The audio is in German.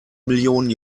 millionen